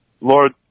Lord